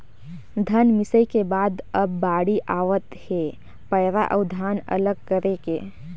धन मिंसई के बाद अब बाड़ी आवत हे पैरा अउ धान अलग करे के